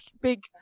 big